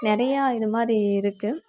நிறையா இது மாதிரி இருக்குது